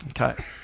Okay